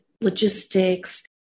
logistics